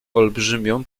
olbrzymią